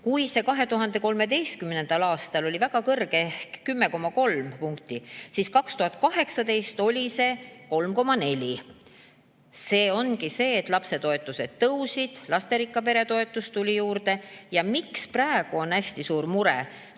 Kui see 2013. aastal oli väga kõrge ehk 10,3 punkti, siis 2018. aastal oli see 3,4. See ongi see, et lapsetoetused tõusid, lasterikka pere toetus tuli juurde. Miks praegu on hästi suur mure? Tuuakse